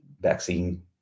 Vaccine